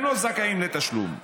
הם לא זכאים לתשלום.